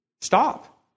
Stop